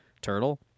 turtle